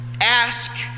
ask